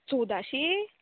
चौदाशीं